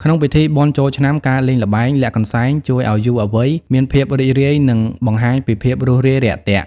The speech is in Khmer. ក្នុងពិធីបុណ្យចូលឆ្នាំ ការលេងល្បែង "លាក់កន្សែង" ជួយឱ្យយុវវ័យមានភាពរីករាយ និងបង្ហាញពីភាពរួសរាយរាក់ទាក់។